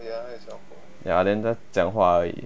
ya then 她讲话而已